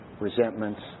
resentments